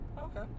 Okay